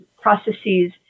processes